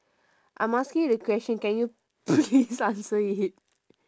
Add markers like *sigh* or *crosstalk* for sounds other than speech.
I'm asking you the question can you please *laughs* answer it